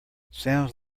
sounds